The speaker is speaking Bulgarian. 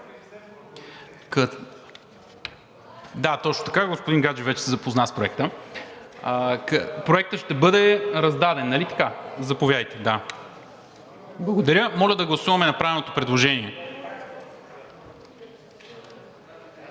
Да, точно така. Господин Гаджев вече се запозна с Проекта. Проектът ще бъде раздаден. Благодаря. Моля да гласуваме направеното предложение.